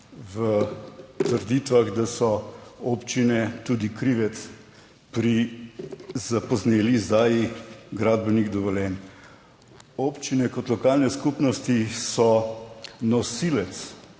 v trditvah, da so občine tudi krivec pri zapozneli izdaji gradbenih dovoljenj. Občine kot lokalne skupnosti so nosilec